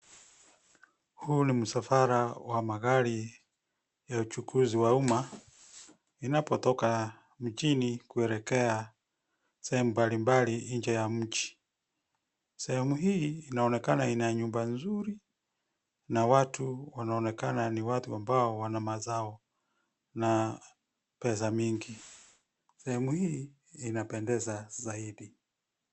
Huu ni msafara wa magari ya uchukuzi wa umma inapotoka mjini kuelekea sehemu mbali mbali nje ya mji. Sehemu hii inaonekana ina nyumba nzuri na watu wanaonekana ni watu ambao wana mazao na pesa mingi. Sehemu hii inapendeza zaidi.